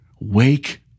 Wake